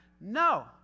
No